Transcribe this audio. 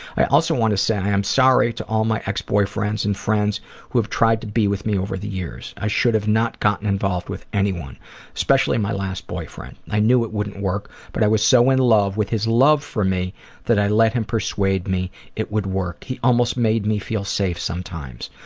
i also want to say i am sorry to all my ex-boyfriends and friends who have tried to be with me over the years. i should have not gotten involved with anyone especially my last boyfriend. i knew it wouldn't work but i was so in love with his love for me that i let him persuade me it would work. he almost made me feel safe sometimes,